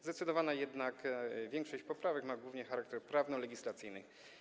Zdecydowana jednak większość poprawek ma głównie charakter prawno-legislacyjny.